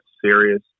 serious